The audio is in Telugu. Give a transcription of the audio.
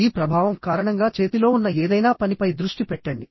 ఈ ప్రభావం కారణంగా చేతిలో ఉన్న ఏదైనా పనిపై దృష్టి పెట్టండి